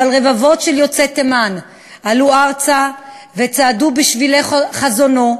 אבל רבבות יוצאי תימן עלו ארצה וצעדו בשבילי חזונו,